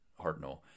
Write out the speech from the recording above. Hartnell